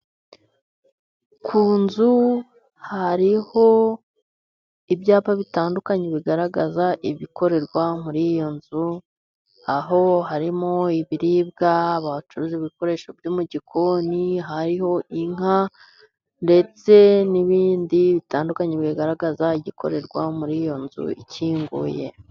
Ku nzu hariho ibyapa bitandukanye bigaragaza ibikorerwa muri iyo nzu, aho harimo ibiribwa bahacuruza ibikoresho byo mu gikoni, hariho inka ndetse n'ibindi bitandukanye bigaragaza igikorerwa muri iyo nzu ikinguye.